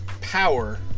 power